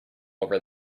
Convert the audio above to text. over